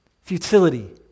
futility